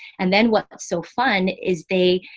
and then what's so fun is they,